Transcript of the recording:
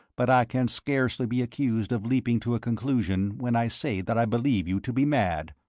but i can scarcely be accused of leaping to a conclusion when i say that i believe you to be mad.